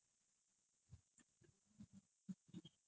so this [one] you really release near deepavali